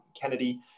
Kennedy